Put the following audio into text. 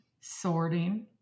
sorting